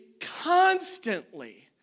constantly